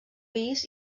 pis